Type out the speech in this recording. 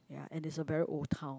and it's a very old town